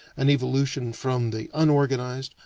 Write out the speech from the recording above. an evolution from the unorganized,